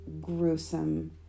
gruesome